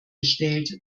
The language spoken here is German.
bestellt